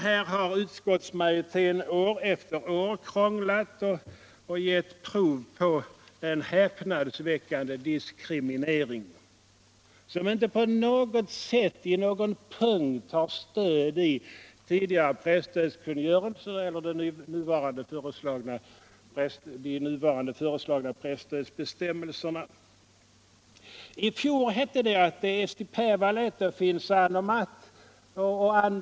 Här har utskottsmajoriteten år efter år krånglat och gett prov på en häpnadsväckande diskriminering som inte på något sätt i någon punkt har stöd i tidigare presstödskungörelser eller i de nu föreslagna presstödsbestämmelserna.